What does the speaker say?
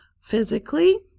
physically